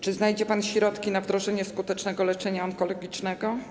Czy znajdzie pan środki na wdrożenie skutecznego leczenia onkologicznego?